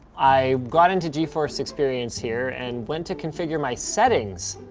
i got into geforce experience here and went to configure my settings.